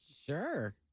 Sure